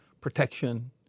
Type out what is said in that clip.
protection